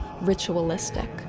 ritualistic